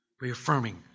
reaffirming